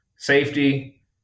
safety